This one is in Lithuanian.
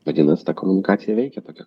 vadinas ta komunikacija veikia tokia